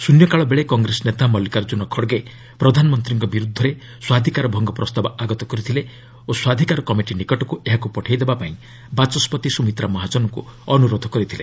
ଶୃନ୍ୟକାଳବେଳେ କଂଗ୍ରେସ ନେତା ମଲ୍ଲିକାର୍କୁନ ଖଡ୍ଗେ ପ୍ରଧାନମନ୍ତ୍ରୀଙ୍କ ବିରୁଦ୍ଧରେ ସ୍ୱାଧିକାର ଭଙ୍ଗ ପ୍ରସ୍ତାବ ଆଗତ କରିଥିଲେ ଓ ସ୍ୱାଧିକାର କମିଟି ନିକଟକୁ ଏହାକୁ ପଠାଇବାପାଇଁ ବାଚସ୍କତି ସ୍ୱମିତ୍ରା ମହାଜନକୁଙ୍କୁ ଅନୁରୋଧ କରିଥିଲେ